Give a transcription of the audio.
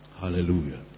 Hallelujah